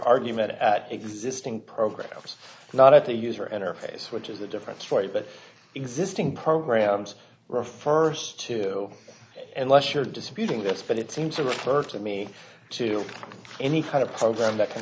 argument that existing programs not at the user interface which is the difference for you but existing programs refers to unless you're disputing this but it seems to refer to me to any kind of program that can